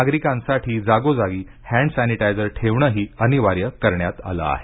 नागरिकांसाठी जागोजागी hand sanitiser ठेवणही अनिवार्य करण्यात आलं आहे